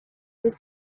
were